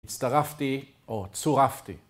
הצטרפתי או צורפתי